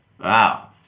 Wow